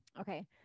Okay